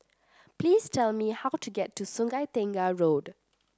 please tell me how to get to Sungei Tengah Road